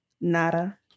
Nada